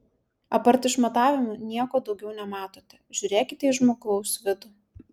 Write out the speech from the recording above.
apart išmatavimų nieko daugiau nematote žiūrėkite į žmogaus vidų